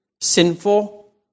sinful